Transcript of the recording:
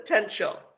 potential